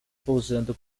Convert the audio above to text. posando